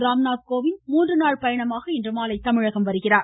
ராம்நாத் கோவிந்த் மூன்று நாள் பயணமாக இன்றுமாலை தமிழகம் வருகிறார்